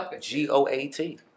G-O-A-T